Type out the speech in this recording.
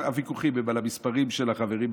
הוויכוחים הם על המספרים של החברים בוועדות,